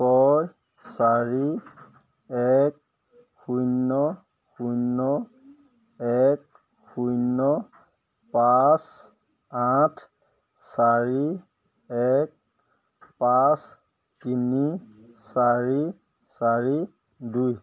ছয় চাৰি এক শূন্য শূন্য এক শূন্য পাঁচ আঠ চাৰি এক পাঁচ তিনি চাৰি চাৰি দুই